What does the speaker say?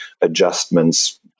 adjustments